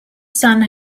sun